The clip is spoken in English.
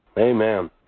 Amen